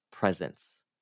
presence